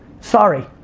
sorry,